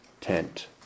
tent